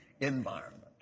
environment